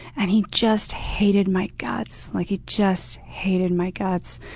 and he just hated my guts. like he just hated my guts.